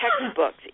textbooks